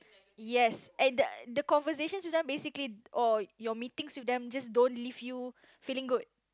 yes and the the conversations with them basically or your meetings with them just don't leave you feeling good